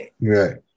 Right